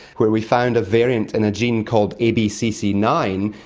where we found a variant in a gene called a b c c nine.